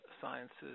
sciences